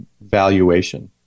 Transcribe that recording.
valuation